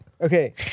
Okay